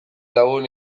lagun